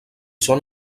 són